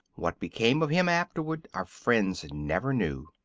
what became of him afterward our friends never knew.